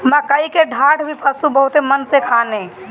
मकई के डाठ भी पशु बहुते मन से खाने